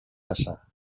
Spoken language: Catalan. caçar